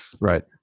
right